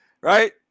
right